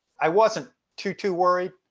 i wasn't too, too worried.